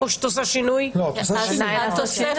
כן, אני אמרתי.